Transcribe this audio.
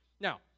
Now